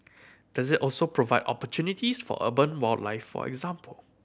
does it also provide opportunities for urban wildlife for example